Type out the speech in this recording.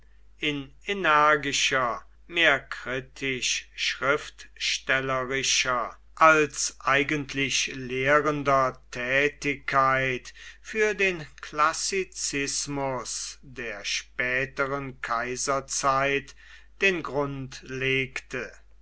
energischer mehr kritisch schriftstellerischer als eigentlich lehrender tätigkeit für den klassizismus der späteren kaiserzeit den grund legte